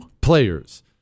players